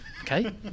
Okay